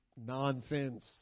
Nonsense